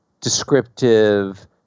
descriptive